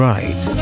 Right